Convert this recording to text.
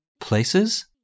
Places